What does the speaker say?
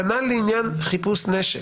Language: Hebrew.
כנ"ל לעניין חיפוש נשק.